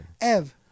Ev